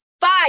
five